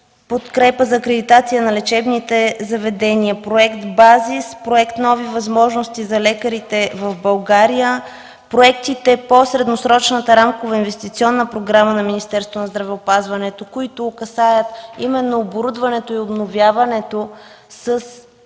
подкрепа за акредитация на лечебните заведения, проекта „БАЗИС”, проект „Нови възможности за лекарите в България”, проектите по средносрочната рамкова инвестиционна програма на Министерството на здравеопазването, които касаят именно оборудването и обновяването с